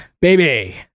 baby